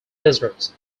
desserts